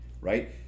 right